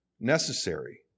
necessary